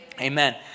Amen